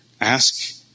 ask